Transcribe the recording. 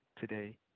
today